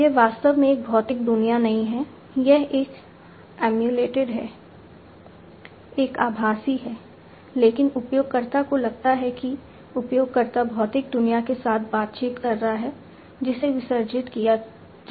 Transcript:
यह वास्तव में एक भौतिक दुनिया नहीं है यह एक एमुलेटेड है एक आभासी है लेकिन उपयोगकर्ता को लगता है कि उपयोगकर्ता भौतिक दुनिया के साथ बातचीत कर रहा है जिसे विसर्जित किया जा रहा है